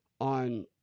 on